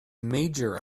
major